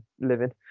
living